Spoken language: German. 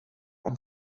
und